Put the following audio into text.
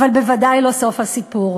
אבל בוודאי לא סוף הסיפור.